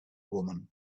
woman